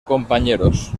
compañeros